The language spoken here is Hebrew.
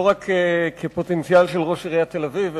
לא רק כראש עיריית תל-אביב בפוטנציה,